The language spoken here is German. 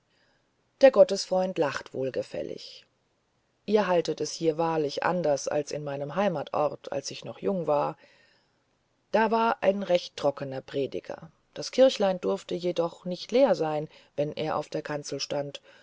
der gottesfreund lacht wohlgefällig ihr haltet es hier wahrlich anders als in meinem heimatsort als ich noch jung war da war ein recht trockener prediger das kirchlein durfte jedoch nicht leer sein wenn er auf der kanzel stand